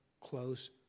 close